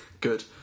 Good